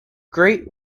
great